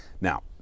Now